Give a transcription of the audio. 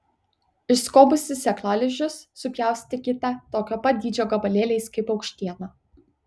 išskobusi sėklalizdžius supjaustykite tokio pat dydžio gabalėliais kaip paukštieną